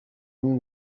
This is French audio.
new